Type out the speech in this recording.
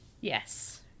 Yes